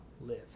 live